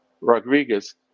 Rodriguez